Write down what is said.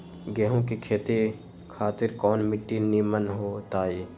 गेंहू की खेती खातिर कौन मिट्टी निमन हो ताई?